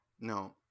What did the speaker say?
no